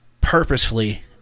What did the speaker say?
purposefully